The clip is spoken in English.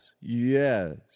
Yes